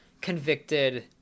convicted